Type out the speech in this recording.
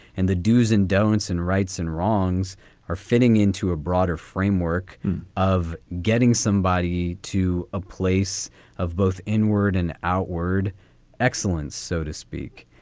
and the do's and don'ts and rights and wrongs are fitting into a broader framework of getting somebody to a place of both inward and outward excellence, so to speak.